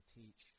teach